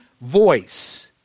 voice